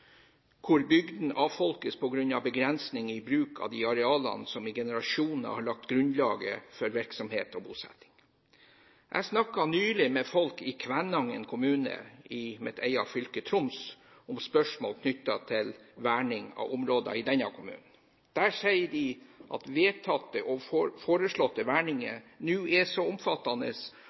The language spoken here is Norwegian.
hvor bygdene avfolkes på grunn av begrensninger i bruken av de arealene som i generasjoner har lagt grunnlaget for virksomhet og bosetting. Jeg snakket nylig med folk i Kvænangen kommune i mitt eget fylke, Troms, om spørsmål knyttet til verning av områder i denne kommunen. Der sier de at vedtatt og foreslått verning nå er så omfattende